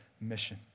mission